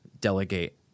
delegate